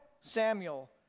Samuel